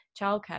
childcare